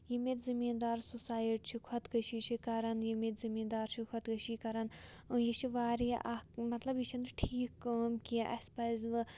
یِم ییٚتہِ زٔمیٖندار سوسایڈ چھِ خۄدکٔشی چھِ کَران یِم ییٚتہِ زمیٖندار چھِ خۄدکٔشی کَرَن یہِ چھِ واریاہ اَکھ مطلب یہِ چھَنہٕ ٹھیٖک کٲم کینٛہہ اَسہِ پَزِ نہٕ